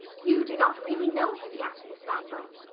you do not really know him yet, miss wangel.